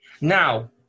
Now